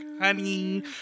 honey